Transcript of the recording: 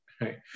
right